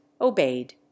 obeyed